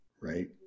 Right